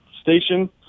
station